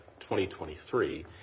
2023